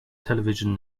television